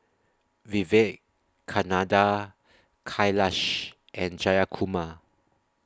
Vivekananda Kailash and Jayakumar